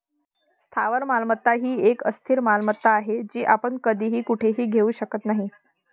स्थावर मालमत्ता ही एक स्थिर मालमत्ता आहे, जी आपण कधीही कुठेही घेऊ शकत नाही